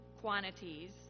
quantities